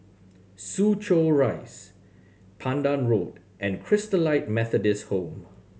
Soo Chow Rise Pandan Road and Christalite Methodist Home